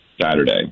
Saturday